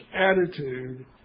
attitude